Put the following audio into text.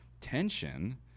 tension